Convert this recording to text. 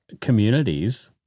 communities